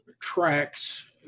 tracks